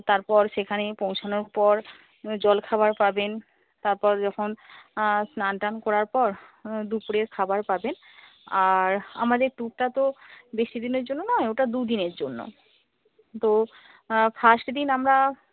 তারপর সেখানে পৌঁছানোর পর জলখাবার পাবেন তারপর যখন স্নান টান করার পর দুপুরের খাবার পাবেন আর আমাদের ট্যুরটা তো বেশিদিনের জন্য নয় ওটা দুদিনের জন্য তো ফার্স্ট দিন আমরা